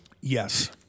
Yes